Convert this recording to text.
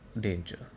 danger